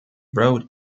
wrote